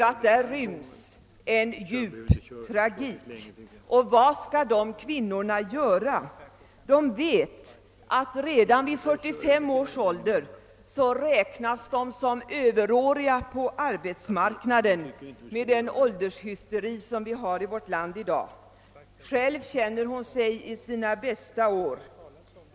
Här ryms en djup tragik. Vad skall dessa kvinnor göra? De vet att de redan vid 45-årsåldern räknas som Ööveråriga på arbetsmarknaden med den åldershysteri som förekommer i vårt land i dag. Själv anser de sig vara i sina bästa år.